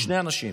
שני אנשים.